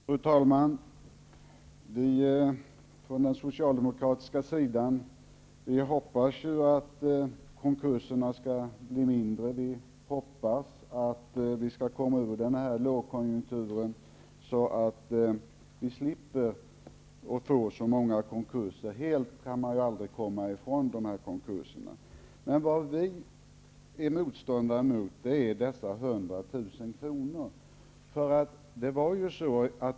Fru talman! Vi på den socialdemokratiska sidan hoppas att konkurserna skall bli färre, dvs. att man skall komma över den här lågkonjunkturen, så att man slipper få så många konkurser. Men det är omöjligt att helt komma ifrån konkurserna. Vad vi är motståndare till är begränsningen till de 100 000 kronorna.